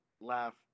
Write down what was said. laugh